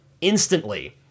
instantly